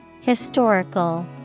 Historical